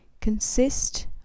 consist